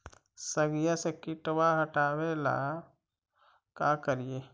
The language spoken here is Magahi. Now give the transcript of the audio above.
सगिया से किटवा हाटाबेला का कारिये?